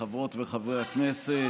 חברות וחברי הכנסת,